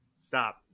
stop